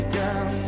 down